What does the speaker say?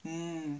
mm